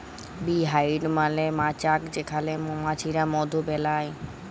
bee hive মালে মচাক যেখালে মমাছিরা মধু বেলায়